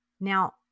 Now